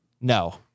No